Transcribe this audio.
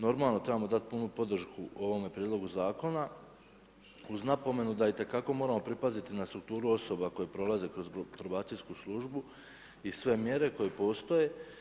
Normalno, trebamo dati punu podršku ovome Prijedlogu zakona uz napomenu da itekako moramo pripaziti na strukturu osoba koje prolaze kroz probacijsku službu i sve mjere koje postoje.